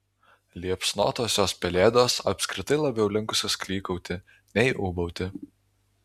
liepsnotosios pelėdos apskritai labiau linkusios klykauti nei ūbauti